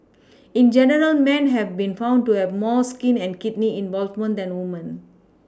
in general men have been found to have more skin and kidney involvement than women